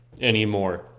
anymore